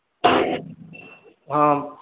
ହଁ